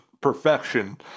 perfection